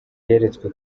yeretswe